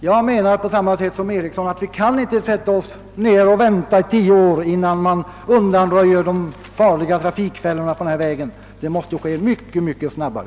Jag menar liksom herr Eriksson att vi inte kan sätta oss att vänta tio år innan man undanröjer de farliga trafikfällorna på denna väg. Det måste ske mycket, mycket snabbare.